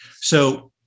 So-